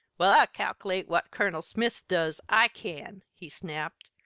well, i cal'late what colonel smith does, i can, he snapped.